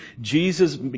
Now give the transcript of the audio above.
Jesus